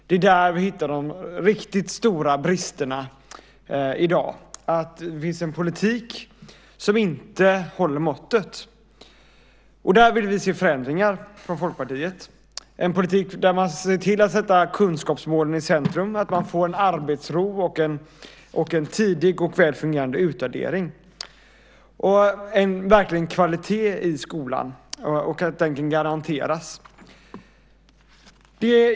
Det är där vi hittar de riktigt stora bristerna i dag. Det finns en politik som inte håller måttet. Där vill vi från Folkpartiet se förändringar, en politik där man sätter kunskapsmålen i centrum, att man får en arbetsro, en tidig och välfungerande utvärdering och att kvaliteten garanteras i skolan.